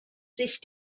sich